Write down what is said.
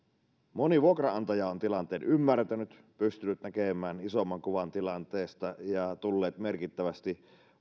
moni vuokranantaja on tilanteen ymmärtänyt pystynyt näkemään isomman kuvan tilanteesta ja tullut merkittävästi